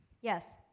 Yes